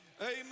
Amen